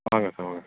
வாங்க சார் வாங்க